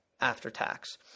after-tax